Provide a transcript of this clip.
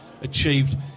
achieved